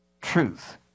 Truth